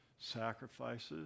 sacrifices